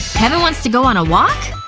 kevin wants to go on a walk?